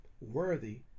worthy